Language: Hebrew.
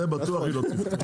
אני חולק עליך.